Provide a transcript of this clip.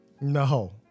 No